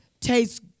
tastes